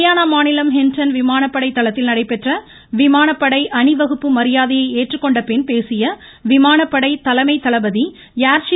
ஹரியானா மாநிலம் ஹின்டன் விமானப்படை தளத்தில் நடைபெற்ற விமானப்படை அணிவகுப்பு மரியாதையை ஏற்றுக்கொண்டபின் பேசிய விமானப்படை தலைமை தளபதி ஏர்சீ